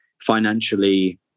financially